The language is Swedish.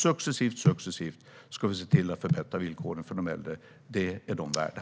Successivt ska vi förbättra villkoren för de äldre. Det är de värda.